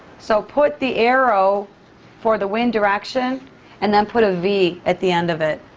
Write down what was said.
so put the arrow for the wind direction and then put a v at the end of it,